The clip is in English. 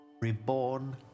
Reborn